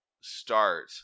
start